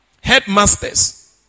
headmasters